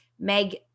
Meg